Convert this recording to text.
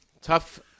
tough